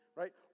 right